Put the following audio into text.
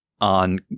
on